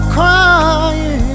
crying